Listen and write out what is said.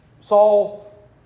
Saul